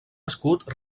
escut